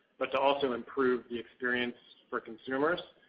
but to also improve the experience for consumers.